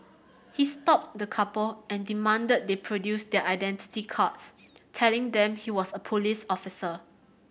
he stopped the couple and demanded they produce their identity cards telling them he was a police officer